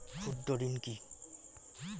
ক্ষুদ্র ঋণ কি?